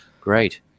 great